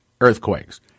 earthquakes